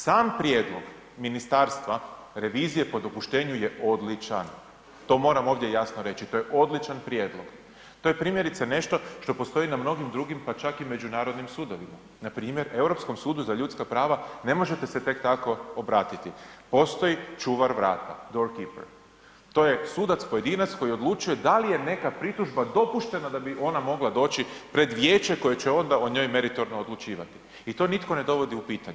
Sam prijedlog ministarstva, revizije po dopuštenju je odličan, to moram ovdje jasno reći, to je odlučan prijedlog, to je primjerice nešto što postoji na mnogim drugim pa čak i međunarodnim sudovima, na primjer Europskom sudu za ljudska prava ne možete se tek tako obratiti, postoji čuvar vrata door keeper, to je sudac pojedinac koji odlučuje da li je neka pritužba dopuštena da bi ona mogla doći pred vijeće koje će onda o njoj meritorno odlučivati i to nitko ne dovodi u pitanje.